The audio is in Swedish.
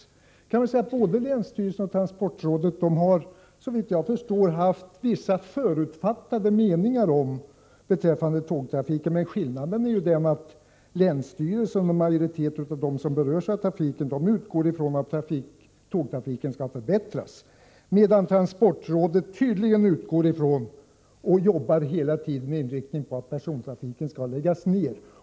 Såvitt jag förstår har både länsstyrelsen och transportrådet haft vissa förutfattade meningar om tågtrafiken, men skillnaden är att länsstyrelsen och majoriteten av dem som berörs av trafiken utgår från att tågtrafiken skall förbättras, medan transportrådet tydligen hela tiden arbetar med inriktning på att persontrafiken skall läggas ner.